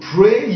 Pray